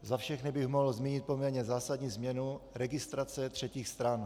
Za všechny bych mohl zmínit poměrně zásadní změnu registrace třetích stran.